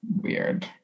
weird